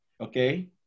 Okay